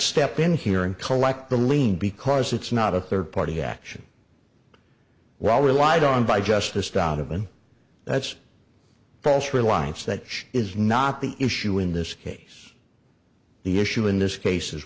step in here and collect the lien because it's not a third party action we're all relied on by justice donovan that's false reliance that is not the issue in this case the issue in this case is